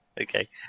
Okay